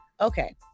Okay